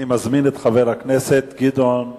אני מזמין את חבר הכנסת גדעון עזרא.